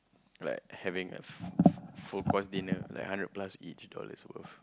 like having a full course dinner like hundred plus each dollar worth so